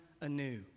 anew